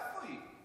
איפה היא?